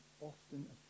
often